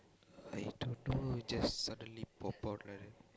I don't know just suddenly pop out like that